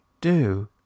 do